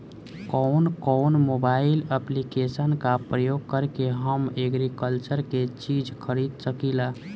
कउन कउन mobile application का प्रयोग करके हम एग्रीकल्चर के चिज खरीद सकिला?